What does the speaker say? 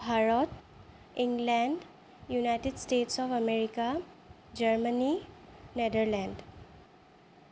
Bharat England United States of America Germany Netherland